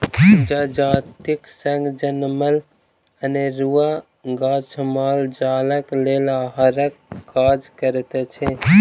जजातिक संग जनमल अनेरूआ गाछ माल जालक लेल आहारक काज करैत अछि